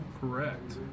correct